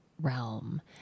Realm